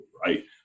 right